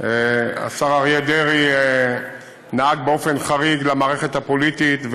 השר אריה דרעי נהג באופן חריג למערכת הפוליטית,